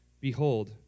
Behold